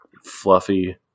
fluffy